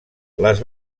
les